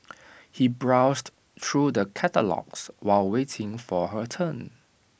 he browsed through the catalogues while waiting for her turn